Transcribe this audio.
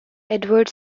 edward